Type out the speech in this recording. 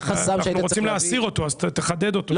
אנחנו רוצים להסיר אותו אז תחדד אותו.